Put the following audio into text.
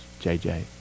JJ